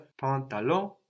pantalon